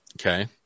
okay